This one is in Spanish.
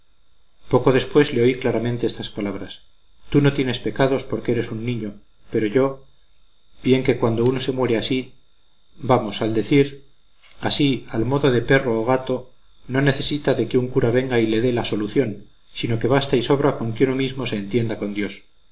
poco después le oí claramente estas palabras tú no tienes pecados porque eres un niño pero yo bien que cuando uno se muere así vamos al decir así al modo de perro o gato no necesita de que un cura venga y le dé la solución sino que basta y sobra con que uno mismo se entienda con dios